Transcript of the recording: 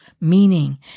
meaning